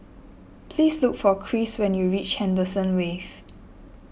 please look for Chris when you reach Henderson Wave